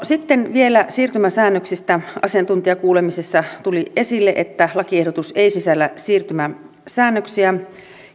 sitten vielä siirtymäsäännöksistä asiantuntijakuulemisessa tuli esille että lakiehdotus ei sisällä siirtymäsäännöksiä